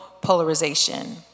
Polarization